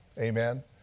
Amen